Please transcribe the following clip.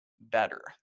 better